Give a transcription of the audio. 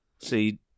see